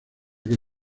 que